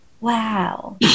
wow